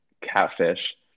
catfish